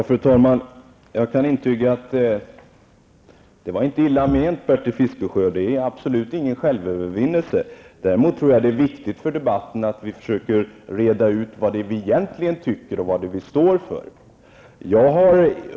Fru talman! Jag kan intyga att det inte var illa menat, Bertil Fiskesjö -- det var absolut ingen självövervinnelse. Däremot tror jag att det är viktigt för debatten att vi försöker reda ut vad vi egentligen tycker och vad vi står för.